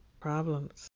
Problems